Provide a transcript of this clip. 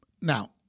Now